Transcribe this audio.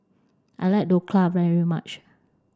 I like Dhokla very much